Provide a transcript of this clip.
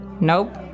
Nope